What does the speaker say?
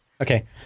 Okay